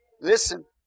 Listen